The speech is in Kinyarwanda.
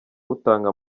butanga